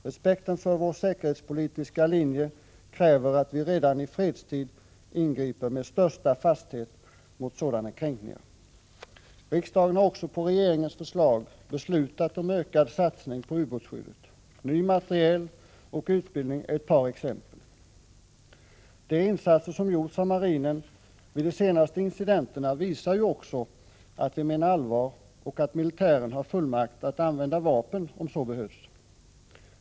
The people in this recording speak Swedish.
Respekten för vår säkerhetspolitiska linje kräver att vi redan i fredstid ingriper med största fasthet mot sådana kränkningar. Riksdagen har också på regeringens förslag beslutat om ökad satsning på ubåtsskyddet. Ny materiel och utbildning är ett par exempel. De insatser som gjorts av marinen vid de senaste incidenterna visar ju också att vi menar allvar och att militären har fullmakt att använda vapen om så behövs.